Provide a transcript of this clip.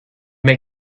may